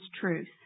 truth